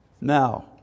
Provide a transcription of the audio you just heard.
Now